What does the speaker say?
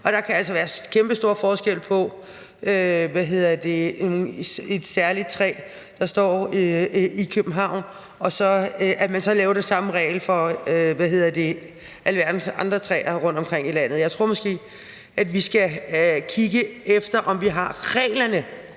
der kan altså være kæmpestor forskel i forhold til et særligt træ, der står i København, og om man så laver den samme regel for alverdens andre træer rundtomkring i landet. Jeg tror måske, at vi skal kigge efter, om vi har reglerne,